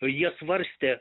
jie svarstė